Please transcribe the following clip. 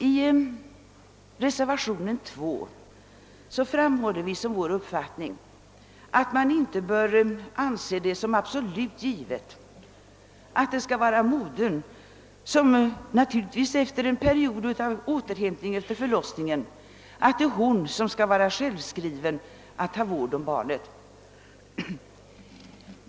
I reservation II framhåller vi som vår uppfattning att man inte bör anse det som absolut givet att det är modern som — frånsett en period av återhämtning efter förlossningen — skall vara självskriven att ta vård om barnet.